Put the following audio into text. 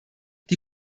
die